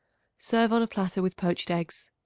serve on a platter with poached eggs.